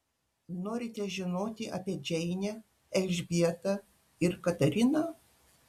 norite žinoti apie džeinę elžbietą ir katariną